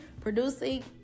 producing